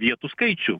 vietų skaičių